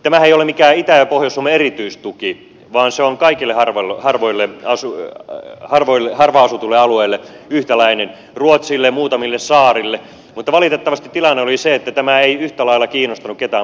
tämähän ei ole mikään itä ja pohjois suomen erityistuki vaan se on kaikille harvaan asutuille alueille yhtäläinen ruotsille muutamille saarille mutta valitettavasti tilanne oli se että tämä ei yhtä lailla kiinnostanut ketään muuta kuin suomea